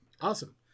Awesome